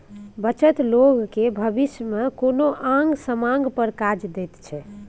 बचत लोक केँ भबिस मे कोनो आंग समांग पर काज दैत छै